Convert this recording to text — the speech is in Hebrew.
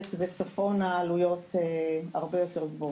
הארץ וצפונה העלויות הרבה יותר גבוהות.